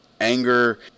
anger